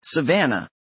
Savannah